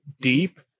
deep